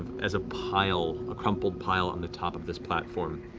as a pile, a crumpled pile on the top of this platform.